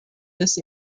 this